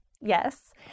yes